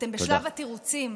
אתם בשלב התירוצים.